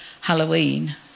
Halloween